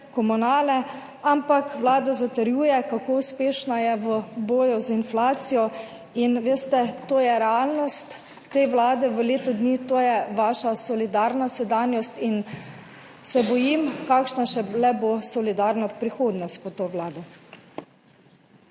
komunale, ampak Vlada zatrjuje, kako uspešna je v boju z inflacijo. Veste, to je realnost te Vlade v letu dni, to je vaša solidarna sedanjost in se bojim, kakšna bo šele solidarna prihodnost pod to vlado.